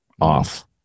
off